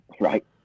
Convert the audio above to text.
right